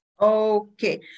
Okay